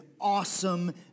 awesome